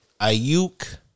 Ayuk